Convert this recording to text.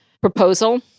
Proposal